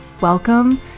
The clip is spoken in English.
Welcome